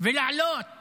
ולעלות